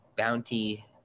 Bounty